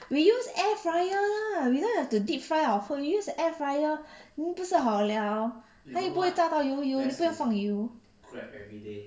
we use air fryer lah we don't have to deep fry our food use air fryer 不是好 liao then 不会炸到油油都不用放油